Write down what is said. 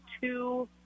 two